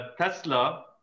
Tesla